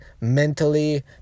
mentally